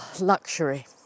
luxury